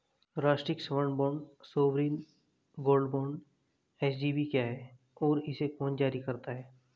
राष्ट्रिक स्वर्ण bond sovereign gold bond SGB क्या है और इसे कौन जारी करता है?